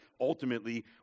ultimately